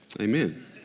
Amen